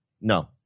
No